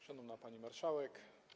Szanowna Pani Marszałek!